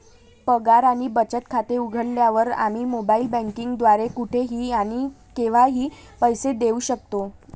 पगार आणि बचत खाते उघडल्यावर, आम्ही मोबाइल बँकिंग द्वारे कुठेही आणि केव्हाही पैसे देऊ शकतो